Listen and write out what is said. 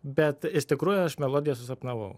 bet iš tikrųjų aš melodiją susapnavau